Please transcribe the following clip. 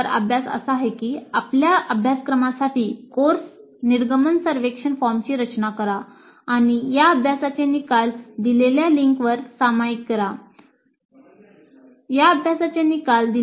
अभ्यास आपल्या अभ्यासक्रमासाठी कोर्स निर्गमन सर्वेक्षण फॉर्मची रचना करा आणि या अभ्यासाचे निकाल ta